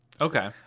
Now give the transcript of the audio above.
Okay